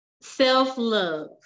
self-love